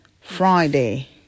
Friday